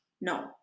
No